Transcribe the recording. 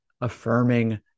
affirming